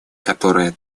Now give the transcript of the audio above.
которая